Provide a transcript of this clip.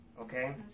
Okay